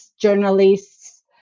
journalists